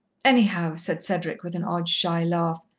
anyhow, said cedric, with an odd, shy laugh,